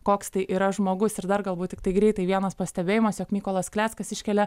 koks tai yra žmogus ir dar galbūt tiktai greitai vienas pastebėjimas jog mykolas kleckas iškelia